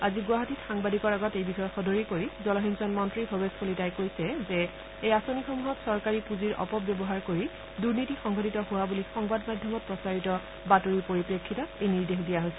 আজি গুৱাহাটীত সাংবাদিকৰ আগত এই বিষয়ে সদৰি কৰি জলসিঞ্চন মন্ত্ৰী ভৱেশ কলিতাই কৈছে যে এই অঁচনিসমূহত চৰকাৰী পুঁজিৰ অপব্যৱহাৰ কৰি দুনীতি সংঘটিত হোৱা বুলি সংবাদ মাধ্যমত প্ৰচাৰিত বাতৰিৰ পৰিপ্ৰেক্ষিতত এই নিৰ্দেশ দিয়া হৈছে